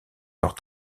leurs